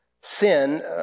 sin